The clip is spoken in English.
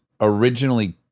originally